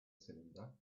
cylinder